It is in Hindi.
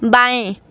बाएं